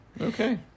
Okay